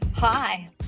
Hi